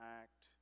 act